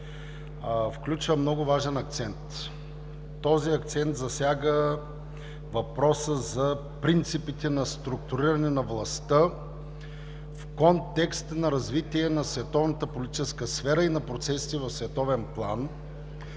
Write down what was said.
включва много важен акцент. Този акцент засяга въпроса за принципите на структуриране на властта в контекста на развитие на световната политическа сфера и на процесите в световен план,